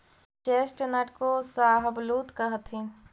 chestnut को शाहबलूत कहथीन